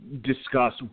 discuss